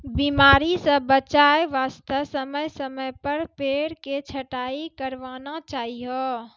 बीमारी स बचाय वास्तॅ समय समय पर पेड़ के छंटाई करवाना चाहियो